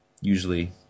usually